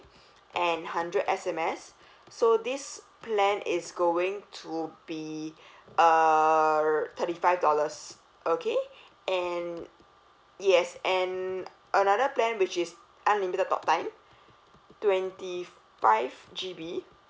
and hundred S_M_S so this plan is going to be uh thirty five dollars okay and yes and another plan which is unlimited talk time twenty five G_B